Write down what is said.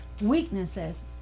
weaknesses